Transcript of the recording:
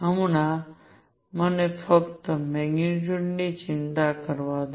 હમણાં મને ફક્ત મેગ્નીટ્યુડની ચિંતા કરવા દો